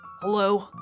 hello